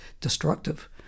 destructive